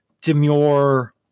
demure